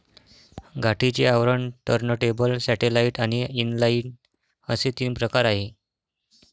गाठीचे आवरण, turntable, satellite आणि इनलाइन असे तीन प्रकार आहे